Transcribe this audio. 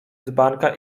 dzbanka